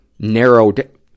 narrowed